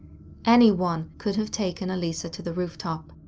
anyone could have taken elisa to the rooftop.